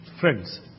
Friends